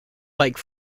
like